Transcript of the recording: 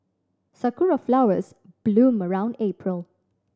sakura flowers bloom around April